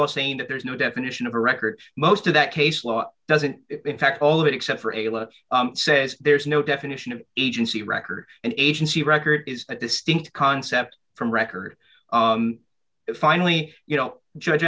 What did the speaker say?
law saying that there's no definition of a record most of that case law doesn't in fact all of it except for a lot says there is no definition of agency record and agency record is a distinct concept from record finally you don't judge